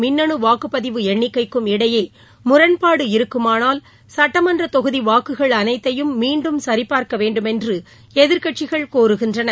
மின்னணு வாக்குப்பதிவு எண்ணிக்கைக்கும் இடையே முரண்பாடு இருக்குமானால் சட்டமன்ற தொகுதி வாக்குகள் அனைத்தையும் மீண்டும் சரிபார்க்க வேண்டுமென்று எதிர்க்கட்சிகள் கோருகின்றன